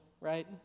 right